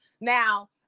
Now